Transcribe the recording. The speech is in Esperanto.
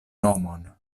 nomon